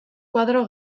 koadro